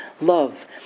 love